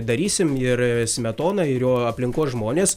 darysim ir smetoną ir jo aplinkos žmonės